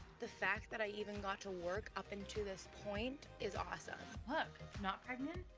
the fact that i even got to work up into this point is awesome. look. not pregnant.